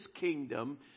kingdom